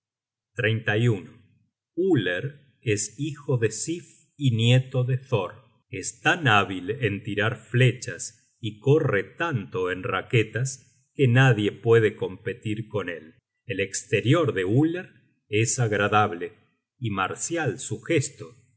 combate y buen arquero uller es hijo de sif y nieto de thor es tan hábil en tirar flechas y corre tanto en raquetas que nadie puede competir con él el esterior de uller es agradable y marcial su gesto